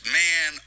man